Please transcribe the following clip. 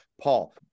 Paul